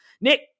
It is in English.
Nick